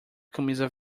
camisa